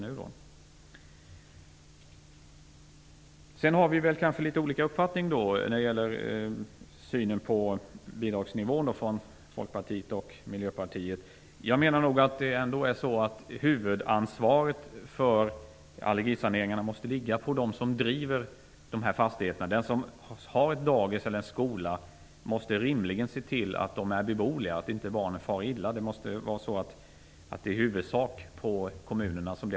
Sedan har vi i Miljöpartiet och Folkpartiet kanske litet olika uppfattning när det gäller synen på bidragsnivån. Jag menar att huvudansvaret för allergisaneringarna måste ligga på dem som driver fastigheterna. Den som har ett dagis eller en skola måste rimligen se till att lokalen är beboelig och att barnen inte far illa. Det ansvaret måste i huvudsak ligga på kommunerna.